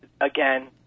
again